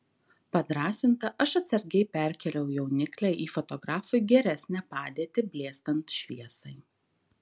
padrąsinta aš atsargiai perkėliau jauniklę į fotografui geresnę padėtį blėstant šviesai